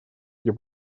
эти